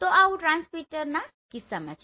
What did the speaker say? તો આવું ટ્રાન્સમીટરના કિસ્સામાં છે